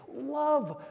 love